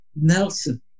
Nelson